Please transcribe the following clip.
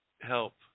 help